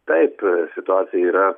taip situacija yra